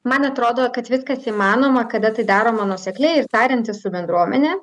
man atrodo kad viskas įmanoma kada tai daroma nuosekliai ir tariantis su bendruomene